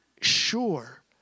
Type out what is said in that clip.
sure